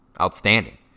Outstanding